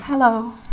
Hello